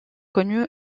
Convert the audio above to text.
connu